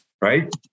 right